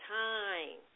time